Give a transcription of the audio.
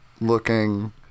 looking